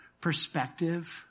perspective